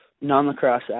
Non-lacrosse